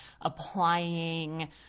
applying